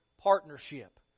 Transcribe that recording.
partnership